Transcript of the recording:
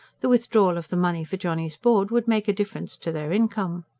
the withdrawal of the money for johnny's board would make a difference to their income.